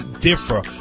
differ